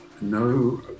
no